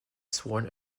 sworn